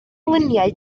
luniau